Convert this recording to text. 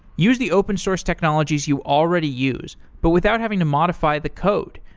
use the open source technologies you already use, but without having to modify the code,